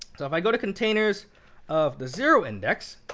so if i go to containers of the zero index,